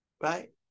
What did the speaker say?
right